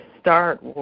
start